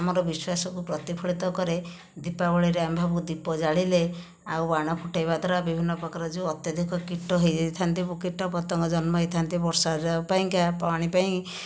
ଆମର ବିଶ୍ୱାସକୁ ପ୍ରତିଫଳିତ କରେ ଦୀପାବଳି ରେ ଆମ୍ଭେ ସବୁ ଦୀପ ଜାଳିଲେ ଆଉ ବାଣ ଫୁଟାଇବା ଦ୍ୱାରା ବିଭିନ୍ନପ୍ରକାର ଯେଉଁ ଅତ୍ୟଧିକ କୀଟ ହୋଇଯାଇଥାନ୍ତି ଏବଂ କୀଟ ପତଙ୍ଗ ଜନ୍ମ ହୋଇଥାନ୍ତି ବର୍ଷା ଜଳ ପାଇଁକା ପାଣି ପାଇଁ